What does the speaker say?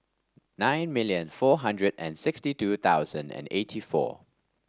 nine million four hundred and sixty two thousand and eighty four